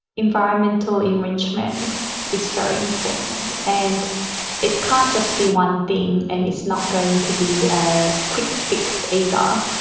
environmental enrichment is very important. and it can't just be one thing and it's not going to be a quick fix either.